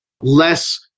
less